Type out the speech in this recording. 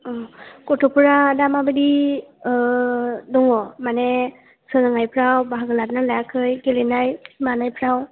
गथ'फोरा दा माबादि दङ माने सोलोंनायफ्राव बाहागो लादोंना लायाखै गेलेनाय मानायफ्राव